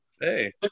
Hey